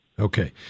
Okay